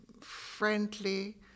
friendly